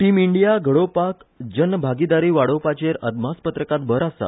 Tim India घडोवपाक जनभागीदारी वाडोवपाचेर अदमासपत्रकांत भर आसा